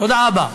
תודה רבה.